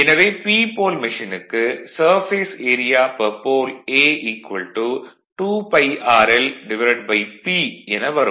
எனவே P pole மெஷினுக்கு surface area per pole a 2πrlP என வரும்